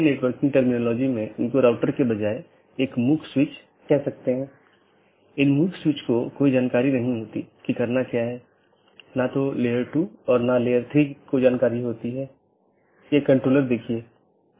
किसी भी ऑटॉनमस सिस्टमों के लिए एक AS नंबर होता है जोकि एक 16 बिट संख्या है और विशिष्ट ऑटोनॉमस सिस्टम को विशिष्ट रूप से परिभाषित करता है